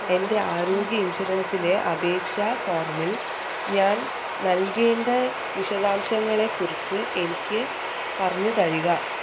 എൻ്റെ ആരോഗ്യ ഇൻഷുറൻസിലെ അപേക്ഷ ഫോമിൽ ഞാൻ നൽകേണ്ട വിശദാംശങ്ങളെ കുറിച്ച് എനിക്ക് പറഞ്ഞു തരിക